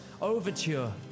overture